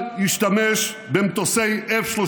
חברת הכנסת שטרית, יש הגינות לשני הצדדים.